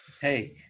Hey